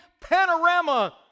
panorama